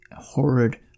horrid